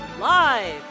Live